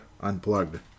Unplugged